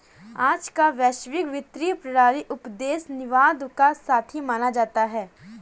आज का वैश्विक वित्तीय प्रणाली उपनिवेशवाद का साथी माना जाता है